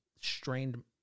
strained